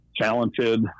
talented